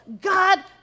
God